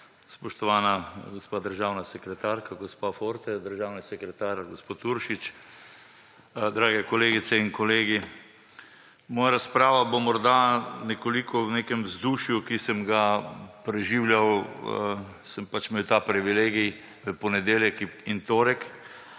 Spoštovana gospa država sekretarka, gospa Forte, državni sekretar, gospod Uršič, drage kolegice in kolegi. Moja razprava bo morda nekoliko v nekem vzdušju, ki sem ga preživljal, sem pač imel ta privilegij, v ponedeljek in torek,